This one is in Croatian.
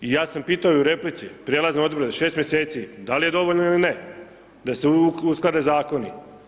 I ja sam pitao i u replici prijelazne odredbe 6 mjeseci da li je dovoljno ili ne da se usklade zakoni.